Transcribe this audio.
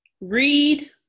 Read